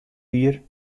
jier